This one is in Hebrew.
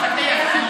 תפתח את הנושא.